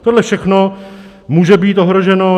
Tohle všechno může být ohroženo.